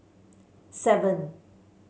seven